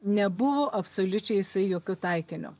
nebuvo absoliučiai jisai jokiu taikiniu